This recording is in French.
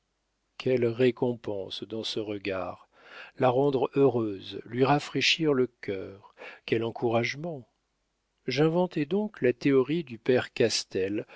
quelle récompense dans ce regard la rendre heureuse lui rafraîchir le cœur quel encouragement j'inventai donc la théorie du père